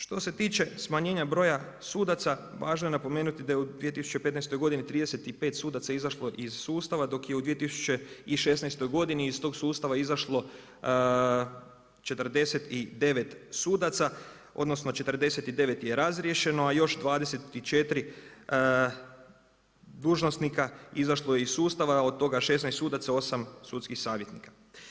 Što se tiče smanjenja broja sudaca, važno je napomenuto da je u 2015. godini 35 sudaca izašlo iz sustava dok je u 2016. godini iz tog sustava izašlo 49 sudaca odnosno 49 je razriješeno a još 24 dužnosnika izašlo je iz sustava, od toga 16 sudaca, 8 sudskih savjetnika.